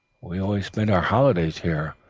we always spent our holidays here,